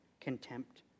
contempt